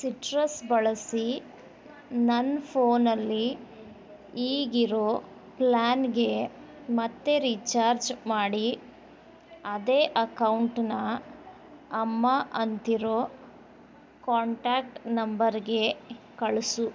citrus ಬಳಸಿ ನನ್ನ ಫೋನಲ್ಲಿ ಈಗಿರೋ ಪ್ಲಾನ್ಗೇ ಮತ್ತೆ ರೀಚಾರ್ಜ್ ಮಾಡಿ ಅದೇ ಅಕೌಂಟ್ನ ಅಮ್ಮ ಅಂತಿರೋ ಕಾಂಟ್ಯಾಕ್ಟ್ ನಂಬರ್ಗೆ ಕಳಿಸು